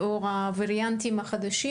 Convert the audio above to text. לאור הווריאנטים החדשים,